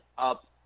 up